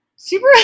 Super